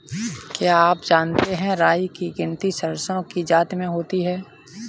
क्या आप जानते है राई की गिनती सरसों की जाति में होती है?